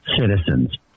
citizens